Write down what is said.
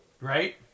Right